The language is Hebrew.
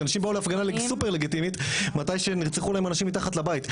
כי אנשים באו להפגנה סופר לגיטימית מתי שנרצחו להם אנשים מתחת לבית,